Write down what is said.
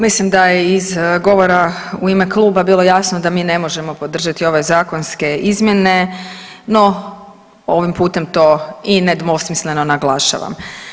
Mislim da je iz govora u ime kluba bilo jasno da mi ne možemo podržati ove zakonske izmjene, no ovim putem to i nedvosmisleno naglašavam.